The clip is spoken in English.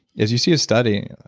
is you see a study,